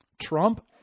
Trump